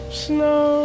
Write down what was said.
snow